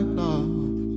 love